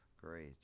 Great